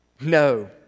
No